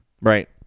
Right